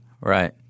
Right